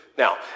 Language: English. Now